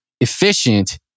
efficient